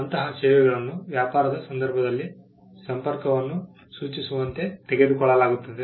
ಅಂತಹ ಸೇವೆಗಳನ್ನು ವ್ಯಾಪಾರದ ಸಂದರ್ಭದಲ್ಲಿ ಸಂಪರ್ಕವನ್ನು ಸೂಚಿಸುವಂತೆ ತೆಗೆದುಕೊಳ್ಳಲಾಗುತ್ತದೆ